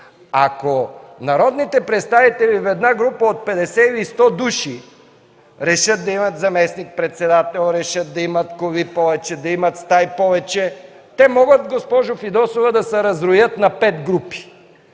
Ако народните представители в една група от 50 или 100 души решат да имат заместник-председател, решат да имат повече коли, да имат повече стаи, те могат, госпожо Фидосова, да се разроят на пет групи.